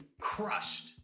crushed